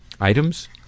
items